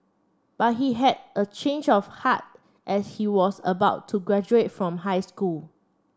but he had a change of heart as he was about to graduate from high school